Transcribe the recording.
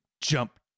jump